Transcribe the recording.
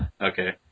Okay